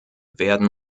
werden